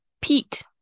pete